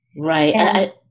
Right